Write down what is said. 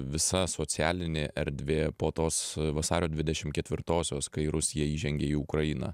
visa socialinė erdvė po tos vasario dvidešim ketvirtosios kai rusija įžengė į ukrainą